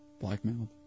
Blackmailed